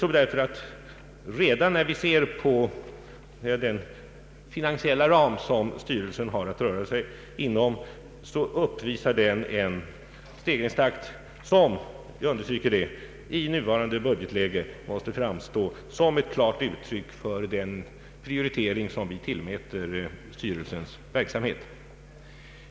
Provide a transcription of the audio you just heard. Redan den finansiella ram som styrelsen har att röra sig med uppvisar därför en ökningstakt som i nuvarande budgetläge måste framstå som ett klart uttryck för den prioritering vi gör av styrelsens verksamhet.